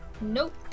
Nope